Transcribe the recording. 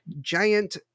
giant